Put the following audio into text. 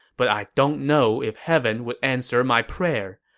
but i don't know if heaven would answer my prayer.